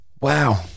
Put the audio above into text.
Wow